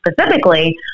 specifically